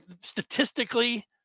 statistically